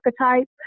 archetype